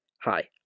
Hi